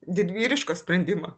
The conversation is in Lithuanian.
didvyrišką sprendimą